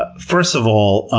ah first of all,